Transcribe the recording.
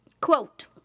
Quote